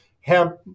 hemp